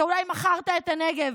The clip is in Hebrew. אתה אולי מכרת את הנגב,